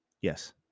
Yes